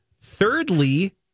thirdly